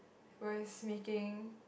was making